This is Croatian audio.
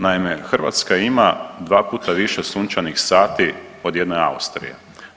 Naime, Hrvatska ima 2 puta više sunčanih sati od jedne Austrije.